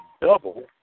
double